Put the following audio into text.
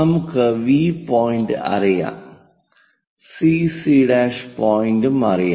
നമുക്ക് V point അറിയാം CC' CC' പോയിന്റും അറിയാം